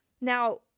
Now